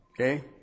Okay